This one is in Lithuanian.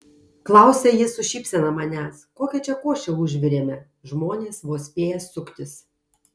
klausia ji su šypsena manęs kokią čia košę užvirėme žmonės vos spėja suktis